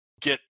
get